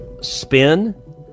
spin